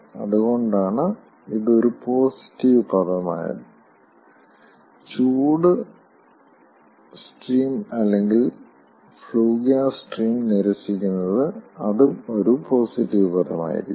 അതുകൊണ്ടാണ് ഇത് ഒരു പോസിറ്റീവ് പദം ആയത് ചൂടും സ്ട്രീം അല്ലെങ്കിൽ ഫ്ലൂ ഗ്യാസ് സ്ട്രീം നിരസിക്കുന്നത് അതും ഒരു പോസിറ്റീവ് പദമായിരിക്കും